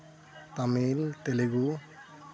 Tamil Telugu